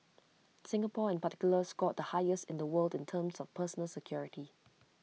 Singapore in particular scored the highest in the world in terms of personal security